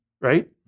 right